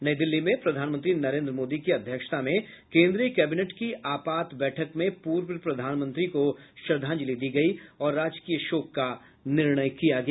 नई दिल्ली में प्रधानमंत्री नरेन्द्र मोदी की अध्यक्षता में कोन्द्रीय कैबिनेट की आपात बैठक में पूर्व प्रधानमंत्री को श्रद्धांजलि दी गयी और राजकीय शोक का निर्णय किया गया